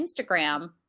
Instagram